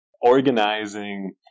organizing